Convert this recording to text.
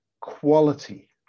quality